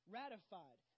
ratified